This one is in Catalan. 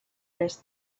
les